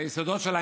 היסודות שלה,